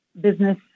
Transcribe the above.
business